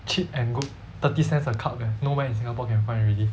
cheap and good thirty cents a cup leh nowhere in singapore can find already